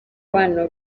bana